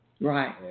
Right